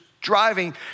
driving